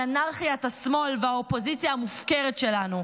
אנרכיית השמאל והאופוזיציה המופקרת שלנו,